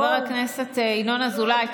חבר הכנסת ינון אזולאי,